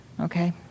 Okay